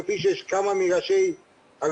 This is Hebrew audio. כפי שיש כמה שיש ראשי הרשויות,